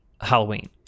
Halloween